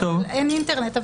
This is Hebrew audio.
אין אינטרנט,